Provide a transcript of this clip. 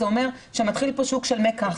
זה אומר שמתחיל פה שוק של מקח.